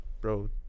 bro